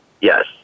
yes